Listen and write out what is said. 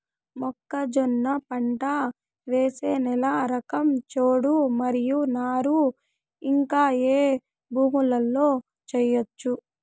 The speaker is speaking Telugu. మొక్కజొన్న పంట వేసే నేల రకం చౌడు మరియు నారు ఇంకా ఏ భూముల్లో చేయొచ్చు?